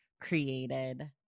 created